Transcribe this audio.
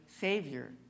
savior